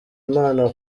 imana